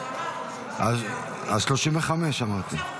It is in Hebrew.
אז הוא אמר 34. אז 35 אמרתי.